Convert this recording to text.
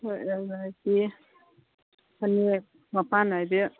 ꯍꯣꯏ ꯑꯗꯒꯤ ꯐꯅꯦꯛ ꯃꯄꯥꯟ ꯅꯥꯏꯕꯤ